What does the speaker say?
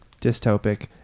dystopic